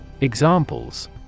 Examples